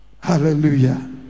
hallelujah